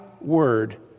word